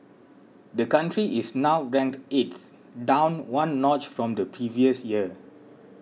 the country is now ranked eighth down one notch from the previous year